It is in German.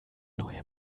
neue